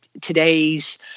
today's